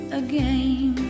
again